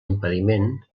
impediment